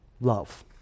love